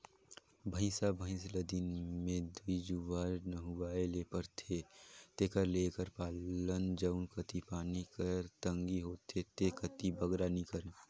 भंइसा भंइस ल दिन में दूई जुवार नहुवाए ले परथे तेकर ले एकर पालन जउन कती पानी कर तंगी होथे ते कती बगरा नी करें